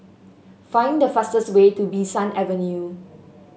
find the fastest way to Bee San Avenue